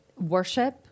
worship